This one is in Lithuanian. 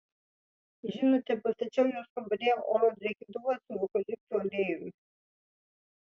žinote pastačiau jos kambaryje oro drėkintuvą su eukaliptų aliejumi